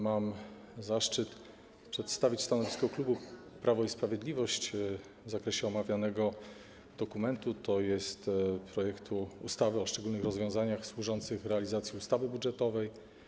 Mam zaszczyt przedstawić stanowisko klubu Prawo i Sprawiedliwość dotyczące omawianego dokumentu, tj. projektu ustawy o szczególnych rozwiązaniach służących realizacji ustawy budżetowej.